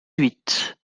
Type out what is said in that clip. huit